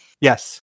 yes